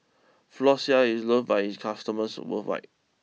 Floxia is loved by its customers worldwide